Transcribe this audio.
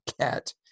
cat